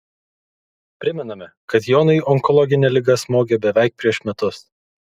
primename kad jonui onkologinė liga smogė beveik prieš metus